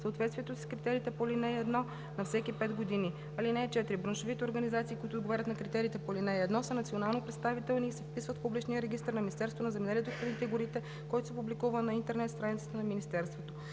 съответствието си с критериите по ал. 1 на всеки 5 години. (4) Браншовите организации, които отговарят на критериите по ал. 1, са национално представителни и се вписват в публичен регистър на Министерството на земеделието, храните и горите, който се публикува на интернет страницата на министерството.“